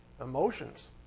emotions